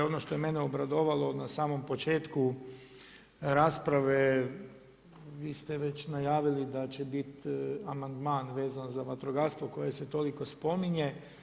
Ono što je mene obradovalo na samom početku rasprave vi ste već najavili da će biti amandman vezan za vatrogastvo koje se toliko spominje.